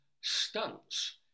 stunts